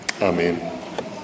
Amen